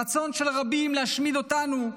הרצון של רבים להשמיד אותנו,